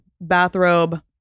bathrobe